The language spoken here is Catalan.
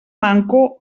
manco